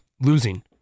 losing